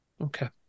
Okay